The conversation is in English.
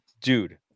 Dude